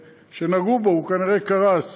וכשנגעו בו הוא כנראה קרס